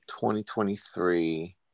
2023